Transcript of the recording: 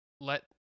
Let